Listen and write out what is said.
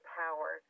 power